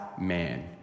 man